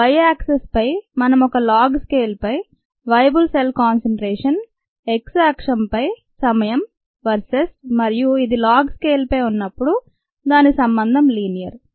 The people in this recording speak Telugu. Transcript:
y యాక్సెస్ పై మనం ఒక లాగ్ స్కేలుపై "వేయబుల్ సెల్ కాన్సన్ట్రేషన్" త x అక్షంపై సమయం వర్సెస్ మరియు ఇది లాగ్ స్కేలుపై ఉన్నప్పుడు దాని సంబంధం "లీనియర్"